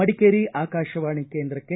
ಮಡಿಕೇರಿ ಆಕಾಶವಾಣಿ ಕೇಂದ್ರಕ್ಕೆ